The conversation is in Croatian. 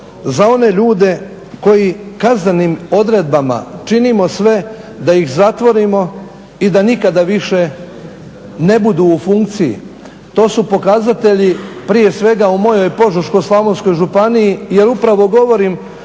za one ljude koji kaznenim odredbama činimo sve da ih zatvorimo i da nikada više ne budu u funkciji. To su pokazatelji prije svega u mojoj Požeško-slavonskoj županiji jer upravo govorim